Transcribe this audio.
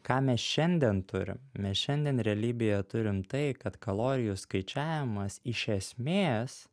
ką mes šiandien turim mes šiandien realybėje turim tai kad kalorijų skaičiavimas iš esmės